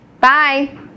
bye